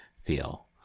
feel